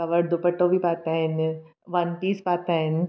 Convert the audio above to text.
कवड़ दुपटो बि पाता आहिनि वन पीस पाता आहिनि